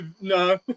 No